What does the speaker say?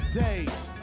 days